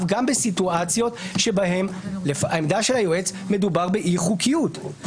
גם בסיטואציות שבהן העמדה של היועץ היא שמדובר באי חוקיות.